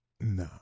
Nah